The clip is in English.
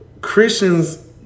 Christians